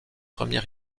premier